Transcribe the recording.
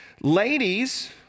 Ladies